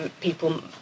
people